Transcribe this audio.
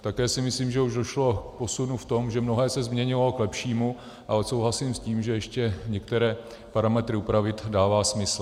Také si myslím, že už došlo k posunu v tom, mnohé se změnilo k lepšímu, ale souhlasím s tím, že ještě některé parametry upravit dává smysl.